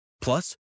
Plus